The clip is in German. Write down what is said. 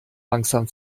langsam